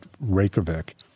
Reykjavik